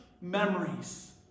memories